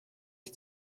ich